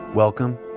Welcome